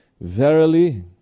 Verily